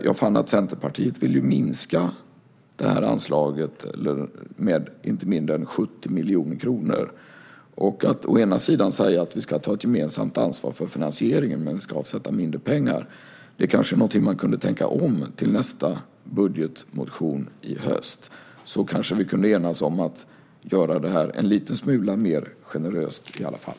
Jag fann att Centerpartiet vill minska anslaget med inte mindre än 70 miljoner kronor. Att å ena sidan säga att vi ska ta ett gemensamt ansvar för finansieringen men att å andra sidan säga att vi ska avsätta mindre pengar är kanske någonting man skulle kunna tänka om till nästa budgetmotion i höst. Då kanske vi kunde enas om att göra det en liten smula mer generöst i varje fall.